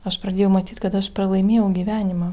aš pradėjau matyt kad aš pralaimėjau gyvenimą